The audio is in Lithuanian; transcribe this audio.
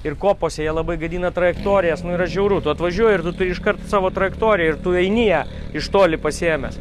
ir kopose jie labai gadina trajektorijas nu yra žiauru tu atvažiuoji ir tu turi iškart savo trajektoriją ir tu eini ją iš toli pasiėmęs